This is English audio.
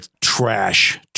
trash